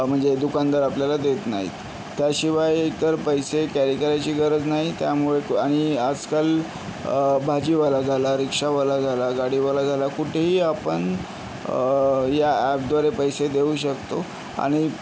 म्हणजे दुकानदार आपल्याला देत नाहीत त्याशिवाय इतर पैसे कॅरी करायची गरज नाही त्यामुळे क आणि आजकाल भाजीवाला झाला रिक्षावाला झाला गाडीवाला झाला कुठेही आपण या ॲपद्वारे पैसे देऊ शकतो आणि